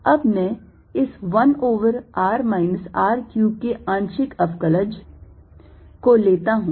अब मैं इस 1 over r minus r cube के आंशिक अवकलज को लेता हूं